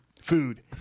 Food